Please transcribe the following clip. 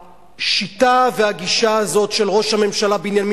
והשיטה והגישה הזאת של ראש הממשלה בנימין